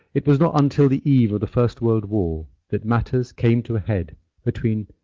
it was not until the eve of the first world war that matters came to a head between,